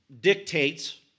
dictates